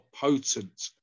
potent